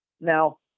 Now